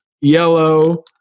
yellow